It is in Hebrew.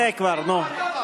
צא, כבר, נו.